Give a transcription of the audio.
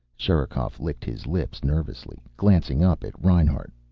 sherikov licked his lips nervously, glancing up at reinhart.